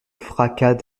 fracas